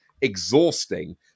exhausting